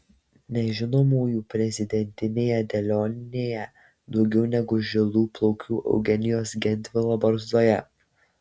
nežinomųjų prezidentinėje dėlionėje daugiau negu žilų plaukų eugenijaus gentvilo barzdoje